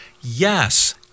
yes